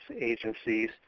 agencies